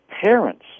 parents